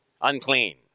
unclean